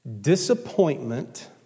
disappointment